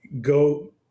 go